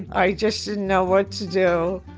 i just didn't know what to do